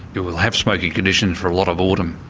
you will have smoky conditions for a lot of autumn.